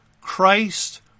Christ